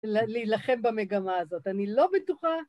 להילחם במגמה הזאת. אני לא בטוחה...